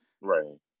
Right